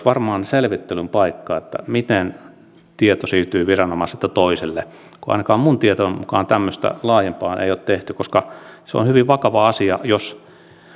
varmaan selvittelyn paikka että miten tieto siirtyy viranomaiselta toiselle kun ainakaan minun tietojeni mukaan tämmöistä laajempaa ei ole tehty koska se on hyvin vakava asia jos